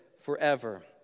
forever